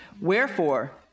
Wherefore